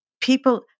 People